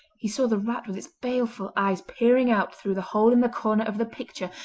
he saw the rat with its baleful eyes peering out through the hole in the corner of the picture,